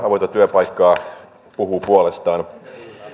avointa työpaikkaa puhuvat puolestaan